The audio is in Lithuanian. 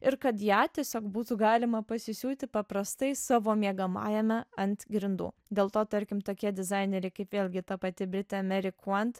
ir kad ją tiesiog būtų galima pasisiūti paprastai savo miegamajame ant grindų dėl to tarkim tokie dizaineriai kaip vėlgi ta pati britė meri kuant